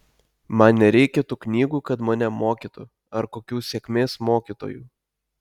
man nereikia tų knygų kad mane mokytų ar kokių sėkmės mokytojų